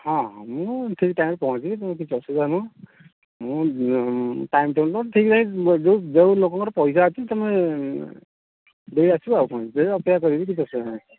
ହଁ ହଁ ମୁଁ ଠିକ୍ ଟାଇମରେ ପହଞ୍ଚିବି କିଛି ତୁମେ କିଛି ଆସୁବିଧା ନୁହଁ ମୁଁ ଟାଇମ୍ ଟେବୁଲ୍ ଠିକ୍ ଯେଉଁ ଲୋକଙ୍କର ପଇସା ଅଛି ତୁମେ ଦେଇ ଆସିବା ଆଉ କ'ଣ ମୁଁ ଅପେକ୍ଷା କରିବି କିଛି ଅସୁବିଧା ନାହିଁ